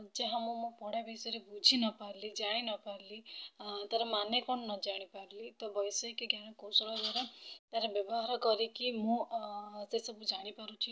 ଯାହା ମୁଁ ମୋ ପଢ଼ା ବିଷୟରେ ବୁଝି ନପାରିଲି ଜାଣି ନପାରିଲି ତା'ର ମାନେ କ'ଣ ନ ଜାଣିପାରିଲି ତ ବୈଷୟିକଜ୍ଞାନ କୌଶଳ ଦ୍ୱାରା ତା'ର ବ୍ୟବହାର କରିକି ମୁଁ ସେସବୁ ଜାଣିପାରୁଛି